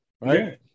right